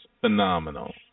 phenomenal